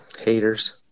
Haters